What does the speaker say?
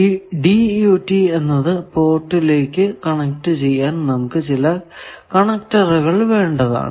ഈ DUT എന്നത് പോർട്ടിലേക്കു കണക്ട് ചെയ്യാൻ നമുക്ക് ചില കണ്ണെക്ടർ വേണ്ടതാണ്